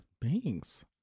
Thanks